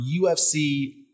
UFC